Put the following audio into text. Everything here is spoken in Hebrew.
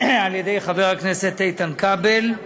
על ידי חבר הכנסת איתן כבל,